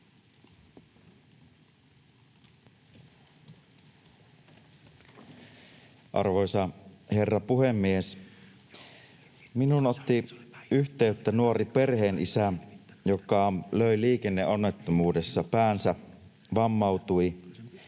Arvoisa herra puhemies! Minuun otti yhteyttä nuori perheenisä, joka löi liikenneonnettomuudessa päänsä ja vammautui